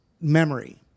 memory